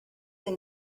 and